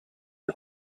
les